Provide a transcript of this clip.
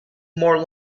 more